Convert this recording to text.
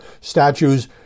statues